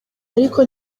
ariko